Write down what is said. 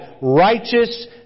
righteous